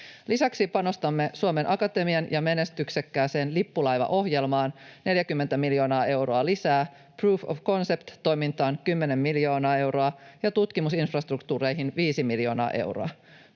Lisäksi panostamme Suomen Akatemian menestyksekkääseen lippulaivaohjelmaan 40 miljoonaa euroa lisää, proof of concept ‑toimintaan 10 miljoonaa euroa ja tutkimusinfrastruktuureihin 5 miljoonaa euroa.